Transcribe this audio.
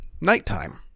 Nighttime